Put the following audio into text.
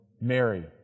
Mary